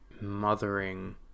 mothering